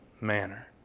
manner